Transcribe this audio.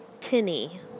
Tinny